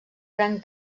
gran